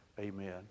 amen